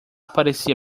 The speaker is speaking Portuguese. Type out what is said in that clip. parecia